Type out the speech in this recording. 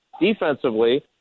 defensively